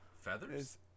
Feathers